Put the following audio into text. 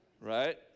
Right